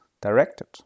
directed